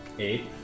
Eight